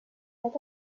that